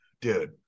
Dude